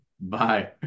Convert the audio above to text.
Bye